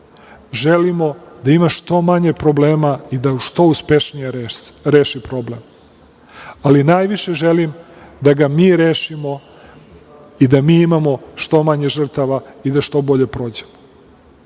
želimo da ima što manje problema i da što uspešnije reši problem, ali najviše želim da ga mi rešimo i da mi imamo što manje žrtava i da što bolje prođe.